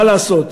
מה לעשות,